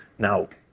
now,